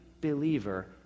believer